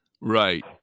Right